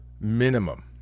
minimum